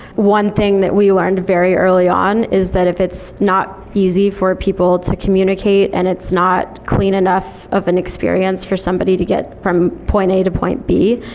one thing that we learned very early on is that if it's not easy for people to communicate and it's not clean enough of an experience for somebody to get from point a to point b,